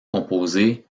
composer